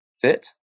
fit